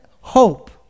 hope